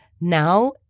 Now